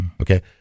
Okay